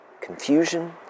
confusion